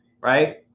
Right